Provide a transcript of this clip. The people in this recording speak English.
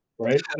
right